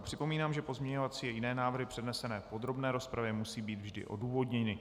Připomínám, že pozměňovací a jiné návrhy přednesené v podrobné rozpravě musejí být vždy odůvodněny.